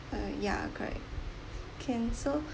uh ya correct cancel